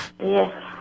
Yes